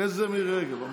אחרי זה מירי רגב.